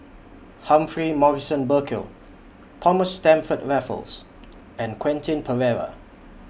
Humphrey Morrison Burkill Thomas Stamford Raffles and Quentin Pereira